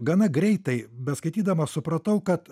gana greitai beskaitydama supratau kad